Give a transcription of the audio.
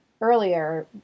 earlier